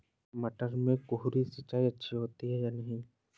मटर में फुहरी सिंचाई अच्छी होती है या नहीं?